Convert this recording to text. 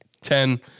ten